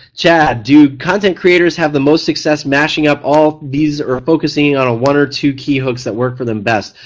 chad, do content creators have the most success mashing up all these or focusing on one or two key hooks that work for them best?